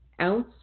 Ounce